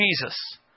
Jesus